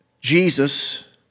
Jesus